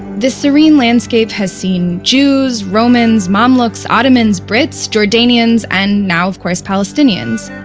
this serene landscape has seen jews, romans, mamluks, ottomans, brits, jordanians, and now, of course, palestinians.